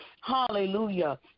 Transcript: Hallelujah